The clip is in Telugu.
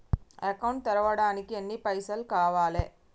అకౌంట్ తెరవడానికి ఎన్ని పైసల్ కావాలే?